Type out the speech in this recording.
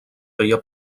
feia